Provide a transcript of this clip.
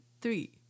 three